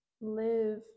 live